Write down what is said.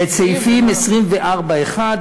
את סעיפים 24(1),